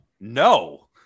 No